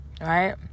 right